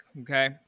okay